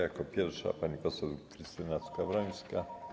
Jako pierwsza pani poseł Krystyna Skowrońska.